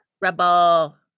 Rebel